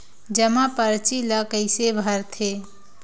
जमा परची ल कइसे भरथे?